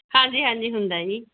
ਹਾਂਜੀ ਹਾਂਜੀ ਹੁੰਦਾ ਹੈ ਜੀ